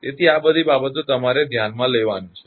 તેથી આ બધી બાબતો તમારે ધ્યાનમાં લેવાની છે